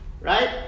right